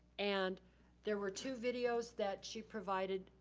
and there were two videos that she provided.